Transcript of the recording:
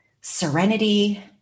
serenity